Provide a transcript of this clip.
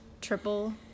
triple